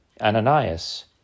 Ananias